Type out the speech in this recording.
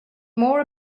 more